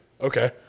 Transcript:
okay